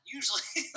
Usually